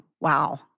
wow